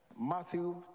Matthew